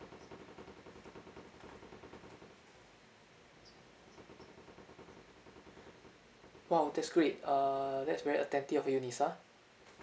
!wow! that's great err that's very attentive of you lisa